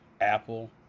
Apple